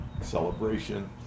celebration